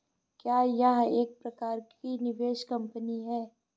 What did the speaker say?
क्या यह एक प्रकार की निवेश कंपनी है?